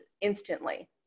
instantly